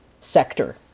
sector